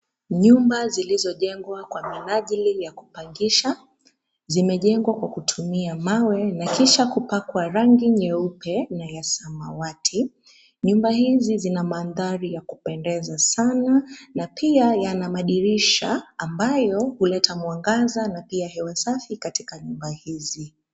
Nyumba zilizojengwa kwa minajili ya kupangisha, zimejengwa kwa kutumia mawe na kisha kupakwa rangi nyeupe na ya samawati. Nyumba hizi zina mandhari ya kupendeza sana na pia yana madirisha ambayo huleta mwangaza na pia hewa safi katika nyumba hizi.